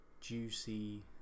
juicy